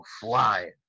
flying